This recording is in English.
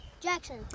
Jackson